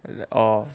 oh